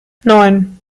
neun